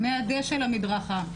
מהדשא למדרכה,